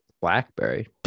blackberry